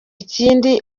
ikindi